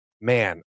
Man